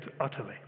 utterly